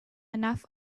enough